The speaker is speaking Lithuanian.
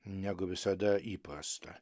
negu visada įprasta